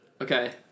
Okay